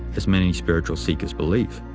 as many spiritual seekers believe.